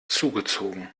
zugezogen